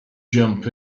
jump